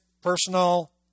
personal